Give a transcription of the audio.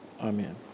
Amen